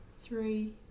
three